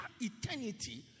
eternity